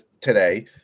today